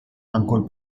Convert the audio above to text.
ancor